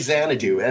Xanadu